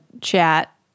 chat